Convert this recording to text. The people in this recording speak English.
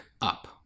up